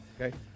Okay